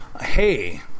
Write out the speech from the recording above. hey